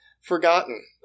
forgotten